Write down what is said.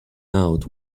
out